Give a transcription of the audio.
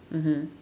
mmhmm